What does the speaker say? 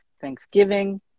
Thanksgiving